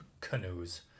canoes